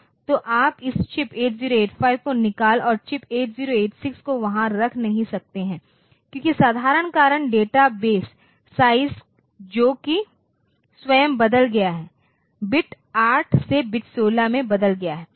तो आप इस चिप 8085 को निकाल और चिप 8086 को वहां रख नहीं सकते हैं क्योंकि साधारण कारण डेटाबेस साइज जो कि स्वयं बदल गया है बिट8 से बिट 16 में बदल गया है